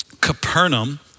Capernaum